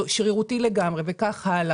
שרירותי לגמרי וכך הלאה.